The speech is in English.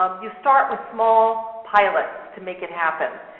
um you start with small pilots to make it happen.